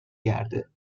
گرده